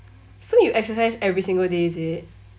so you exercise every single day is it